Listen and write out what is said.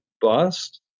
bust